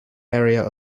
area